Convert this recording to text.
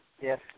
Yes